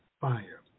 fire